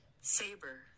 Saber